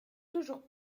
toujours